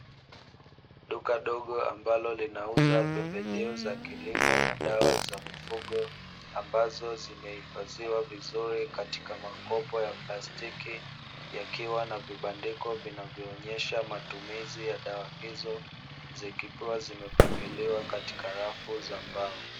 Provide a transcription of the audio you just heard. Duka dogo ambalo linauza pembejeo za kilimo na dawa za mifugo, ambazo zimehifadhiwa vizuri katika makopo ya plastiki, yakiwa na vibandiko vinavyoonyesha matumizi ya dawa hizo, zikiwa zimepangiliwa katika rafu za mbao.